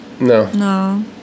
No